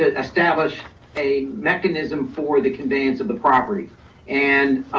establish a mechanism for the conveyance of the property and